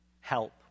help